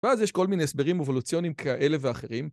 ואז יש כל מיני הסברים אבולוציונים כאלה ואחרים.